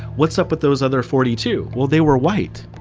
what's up with those other forty two? well, they were white.